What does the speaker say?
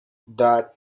that